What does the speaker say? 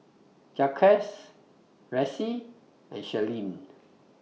Jaquez Ressie and Shirlene